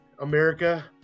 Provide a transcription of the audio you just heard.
America